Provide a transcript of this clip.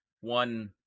one